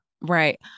Right